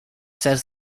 says